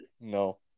No